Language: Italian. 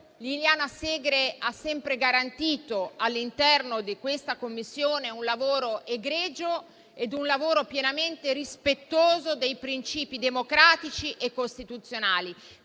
Liliana Segre ha sempre garantito all'interno della Commissione un lavoro egregio e pienamente rispettoso dei principi democratici e costituzionali.